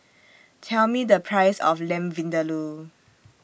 Tell Me The Price of Lamb Vindaloo